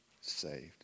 saved